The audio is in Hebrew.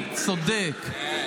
מה --- כשאתה מבקש מהם דברים,